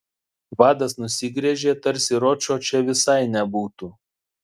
vadas nusigręžė tarsi ročo čia visai nebūtų